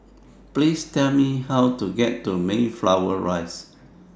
Please Tell Me How to get to Mayflower Rise